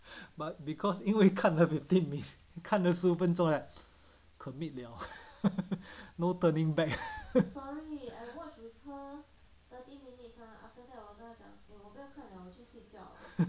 but because 因为看了 fifteen minutes 看得出笨坐在 commit liao no turning back